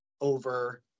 over